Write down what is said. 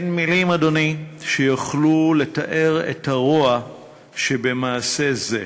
אדוני, אין מילים שיוכלו לתאר את הרוע שבמעשה זה.